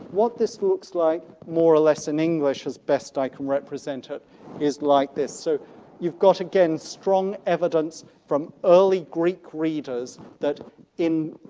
what this looks like more or less in english as best i can represent ah is like this. you've got, again, strong evidence from early greek readers that in,